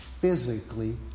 physically